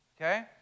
Okay